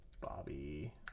Bobby